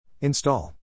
Install